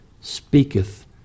speaketh